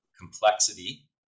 complexity